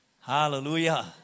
Hallelujah